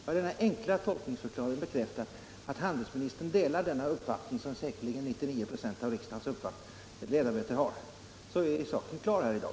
Med en sådan enkel tolkningsförklaring — som bekräftar att handelsministern delar denna uppfattning, som säkert 99 96 av riksdagens ledamöter har — skulle saken vara klar här i dag.